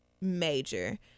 major